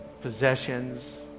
possessions